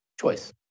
choice